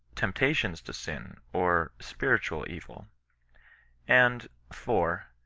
temp tations to sin, or spirittud evil and four.